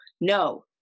No